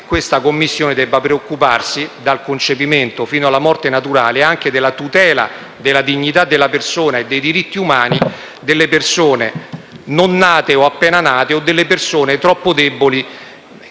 questa Commissione debba preoccuparsi dal concepimento fino alla morte naturale anche della tutela della dignità della persona e dei diritti umani delle persone non nate o appena nate o delle persone troppo deboli